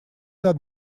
над